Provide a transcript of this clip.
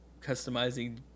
customizing